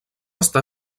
està